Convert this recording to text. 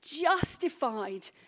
justified